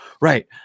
right